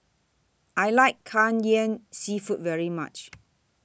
I like Kai Ian Seafood very much